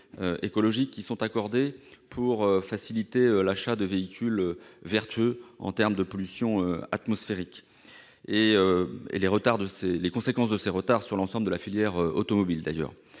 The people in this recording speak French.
écologiques qui sont accordés pour faciliter l'achat de véhicules vertueux en termes de pollution atmosphérique, et sur les conséquences de ces retards pour l'ensemble de la filière automobile. Ces